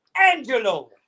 Angelo